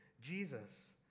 Jesus